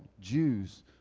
Jews